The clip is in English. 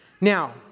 Now